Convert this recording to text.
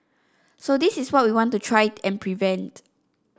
so this is what we want to try and prevent